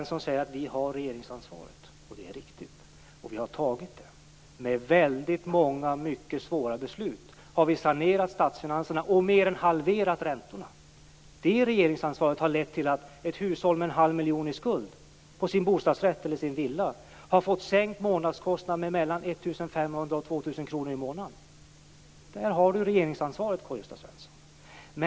Fru talman! Karl-Gösta Svenson säger att vi har regeringsansvaret, och det är riktigt. Vi har tagit det. Med väldigt många mycket svåra beslut har vi sanerat statsfinanserna och mer än halverat räntorna. Det regeringsansvaret har lett till att ett hushåll men en halv miljon i skuld på sin bostadsrätt eller sin villa har fått månadskostnaden sänkt med mellan 1 500 och 2 000 kr. Där har Karl-Gösta Svenson regeringsansvaret.